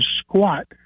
squat